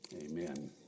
amen